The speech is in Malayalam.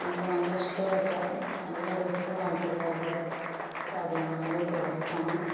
എനിക്ക് നല്ല ഇഷ്ടപെട്ട നല്ല യൂസ്ഫുൾ ആയിട്ടുള്ള ഒരു സാധനമാണ് നല്ലൊരു പ്രോഡക്റ്റാണ്